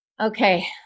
Okay